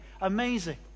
Amazing